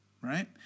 right